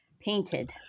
painted